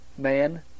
Man